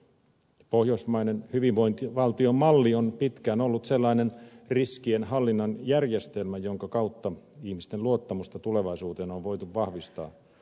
pohjoismainen hyvinvointivaltiomalli on pitkään ollut sellainen riskien hallinnan järjestelmä jonka kautta ihmisten luottamusta tulevaisuuteen on voitu vahvistaa